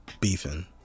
beefing